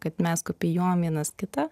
kad mes kopijuojam vienas kitą